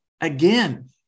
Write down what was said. again